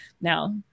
now